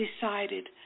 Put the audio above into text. decided